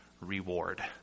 reward